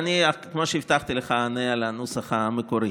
כמו שהבטחתי לך, אני אענה על הנוסח המקורי.